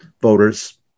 voters